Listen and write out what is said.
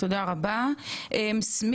תודה רבה, אלכס.